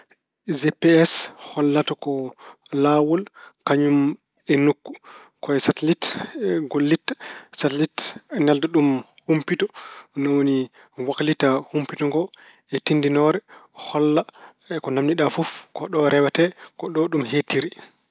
GPS hollata ko laawol kañum e nokku. Ko e satelit gollitta. Satelit nelda ɗum humpito, ni woni waklita humpito ngo e tinndinoore. Holla ko naamniɗa fof: ko ɗo rewate, ko ɗo ɗum heedtiri.